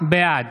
בעד